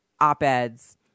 op-eds